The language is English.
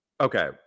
okay